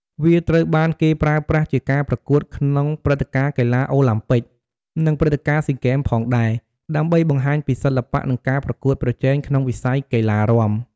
វាត្រូវបានគេប្រើប្រាស់ជាការប្រកួតក្នុងព្រឹត្តិការណ៍កីឡាអូឡាំពិក និងព្រឹត្តិការណ៍ស៊ីហ្គេមផងដែរ ដើម្បីបង្ហាញពីសិល្បៈ និងការប្រកួតប្រជែងក្នុងវិស័យកីឡារាំ។